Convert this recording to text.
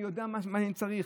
אני יודע מה אני צריך.